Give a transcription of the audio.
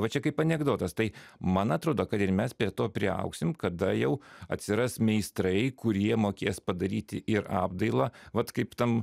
va čia kaip anekdotas tai man atrodo kad ir mes prie to priaugsim kada jau atsiras meistrai kurie mokės padaryti ir apdailą vat kaip tam